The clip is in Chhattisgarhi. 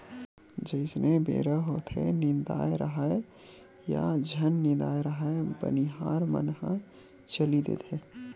जइसने बेरा होथेये निदाए राहय या झन निदाय राहय बनिहार मन ह चली देथे